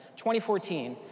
2014